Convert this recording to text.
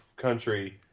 Country